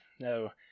no